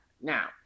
Now